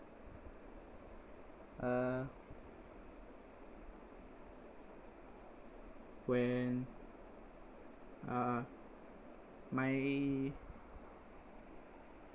uh when uh my